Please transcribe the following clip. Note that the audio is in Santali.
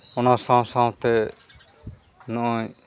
ᱚᱱᱟ ᱥᱟᱶ ᱥᱟᱶᱛᱮ ᱱᱚᱜᱼᱚᱸᱭ